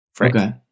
Okay